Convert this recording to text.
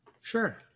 Sure